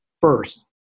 first